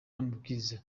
n’amabwiriza